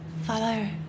follow